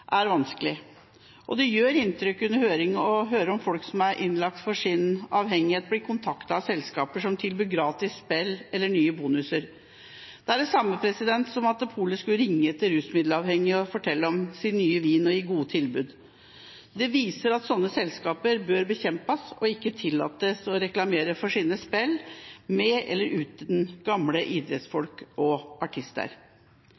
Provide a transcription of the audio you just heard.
er vanskelig. Det gjør inntrykk – i høring – å høre at folk som er innlagt for sin avhengighet, blir kontaktet av selskap som tilbyr gratis spill eller nye bonuser. Det er det samme som at polet skulle ringe til rusmiddelavhengige og fortelle om sin nye vin og gi gode tilbud. Det viser at slike selskaper bør bekjempes, ikke tillates å reklamere for sine spill – med eller uten gamle